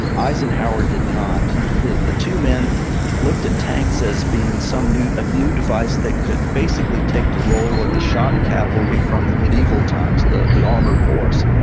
eisenhower did not. the the two men looked at tanks as being a new ah new device that could basically take the role of the shock cavalry from the medieval times, the the armored horse.